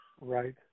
Right